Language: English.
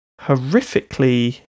horrifically